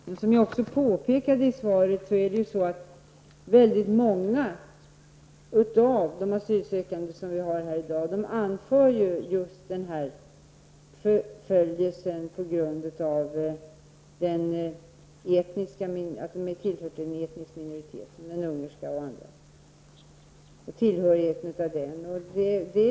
Men som jag också påpekat i svaret är det väldigt många av de asylsökande i dag som anför just förföljelse på grund av att de tillhör en etnisk minoritet, t.ex. den ungerska.